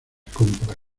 compras